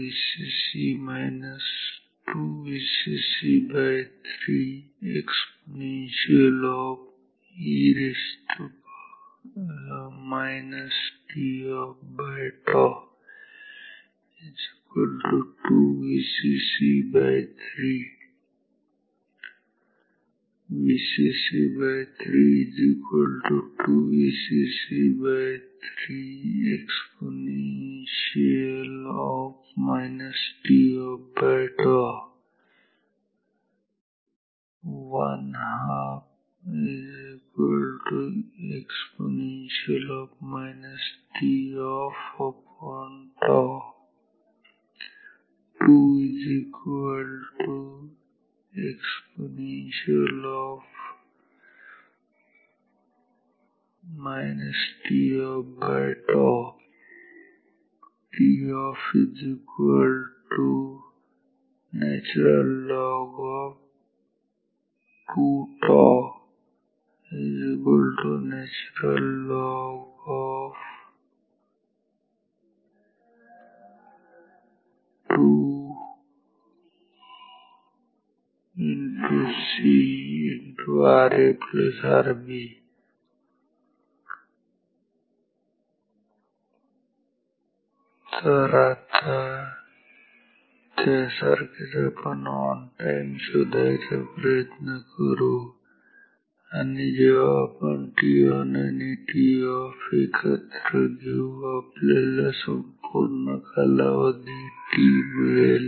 Vc Vcc - 2 Vcc3 e toff 2 Vcc3 Vcc32 Vcc3 e toff 12e toff 2 e toff Toff ln2 𝜏 ln2 C RaRb तर आता त्या सारखेच आपण on time शोधायचा प्रयत्न करू आणि जेव्हा आपण Ton आणि Toff एकत्र घेऊ आपल्याला संपूर्ण कालावधी मिळेल